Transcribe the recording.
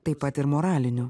taip pat ir moralinių